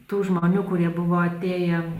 tų žmonių kurie buvo atėję